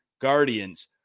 Guardians